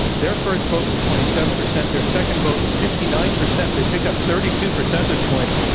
their first vote was twenty seven percent. their second vote was fifty nine percent. they picked up thirty two percentage points.